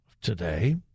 today